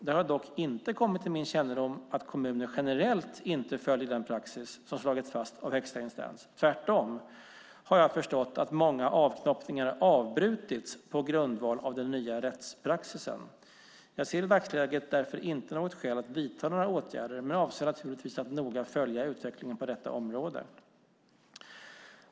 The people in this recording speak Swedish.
Det har dock inte kommit till min kännedom att kommuner generellt inte följer den praxis som slagits fast av högsta instans; tvärtom har jag förstått att många avknoppningar avbrutits på grundval av den nya rättspraxisen. Jag ser i dagsläget därför inte något skäl att vidta några åtgärder men avser naturligtvis att noga följa utvecklingen på detta område.